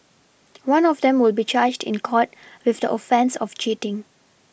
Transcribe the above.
one of them will be charged in court with the offence of cheating